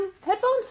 headphones